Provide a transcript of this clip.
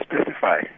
specify